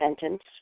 sentence